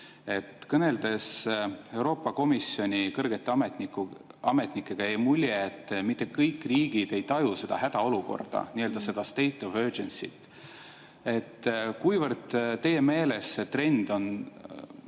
Kõneldes Euroopa Komisjoni kõrgete ametnikega, jäi mulje, et mitte kõik riigid ei taju seda hädaolukorda, state of urgency't. Kuivõrd teie meelest see trend on